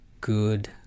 good